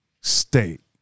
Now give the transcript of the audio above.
state